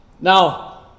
Now